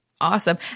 Awesome